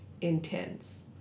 intense